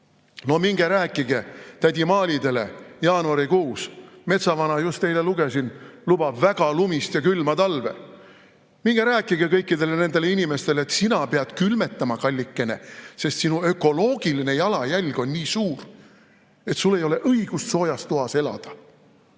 no minge rääkige seda tädi Maalidele jaanuarikuus. Metsavana, just eile lugesin, lubab väga lumist ja külma talve. Minge rääkige kõikidele nendele inimestele, et sina pead külmetama, kallikene, sest sinu ökoloogiline jalajälg on nii suur, et sul ei ole õigust soojas toas elada.